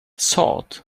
salt